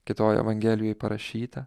kitoj evangelijoj parašyta